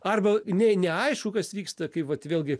arba nei neaišku kas vyksta kai vat vėlgi